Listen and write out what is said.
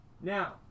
Now